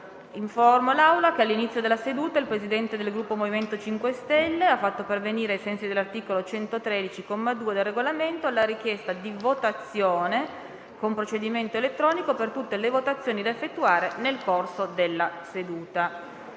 Informo l'Assemblea che all'inizio della seduta il Presidente del Gruppo MoVimento 5 Stelle ha fatto pervenire, ai sensi dell'articolo 113, comma 2, del Regolamento, la richiesta di votazione con procedimento elettronico per tutte le votazioni da effettuare nel corso della seduta.